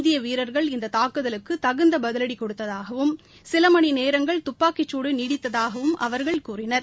இந்திய வீரர்கள் இந்த தாக்குதலுக்கு தகுந்த பதிவடி கொடுத்ததாகவும் சில மணி நேரங்கள் துப்பாக்கிச்சூடு நீடித்ததாகவும் அவர்கள் கூறினர்